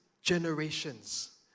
generations